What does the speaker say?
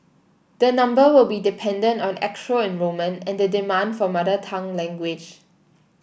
the number will be dependent on actual enrolment and the demand for mother tongue language